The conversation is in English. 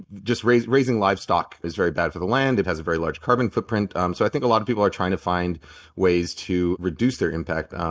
just raising livestock is very bad for the land. it has a very large carbon footprint. um so i think a lot of people are trying to find ways to reduce their impact. um